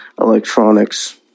electronics